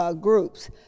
Groups